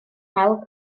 hel